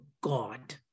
God